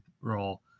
role